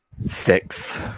six